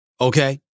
Okay